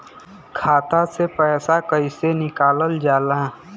खाता से पैसा कइसे निकालल जाला?